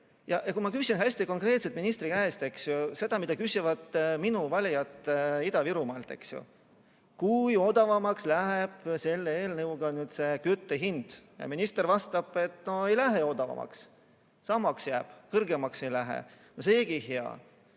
Ja ma küsisin hästi konkreetselt ministri käest seda, mida küsivad minu valijad Ida-Virumaalt: kui palju odavamaks läheb selle eelnõu kohaselt kütte hind, ja minister vastas, et ei lähe odavamaks. Samaks jääb, kõrgemaks ei lähe. No seegi hea.